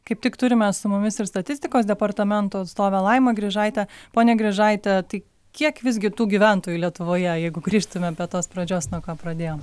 kaip tik turime su mumis ir statistikos departamento atstovę laimą grižaitę ponia grižaite tai kiek visgi tų gyventojų lietuvoje jeigu grįžtumėm tos pradžios nuo ko pradėjom